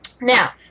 Now